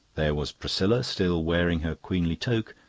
there was priscilla, still wearing her queenly toque,